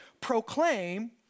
Proclaim